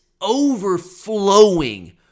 overflowing